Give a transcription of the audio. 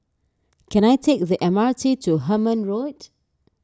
can I take the M R T to Hemmant Road